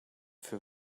für